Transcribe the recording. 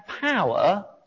power